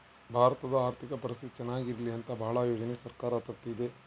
ಭಾರತದ ಆರ್ಥಿಕ ಪರಿಸ್ಥಿತಿ ಚನಾಗ ಇರ್ಲಿ ಅಂತ ಭಾಳ ಯೋಜನೆ ಸರ್ಕಾರ ತರ್ತಿದೆ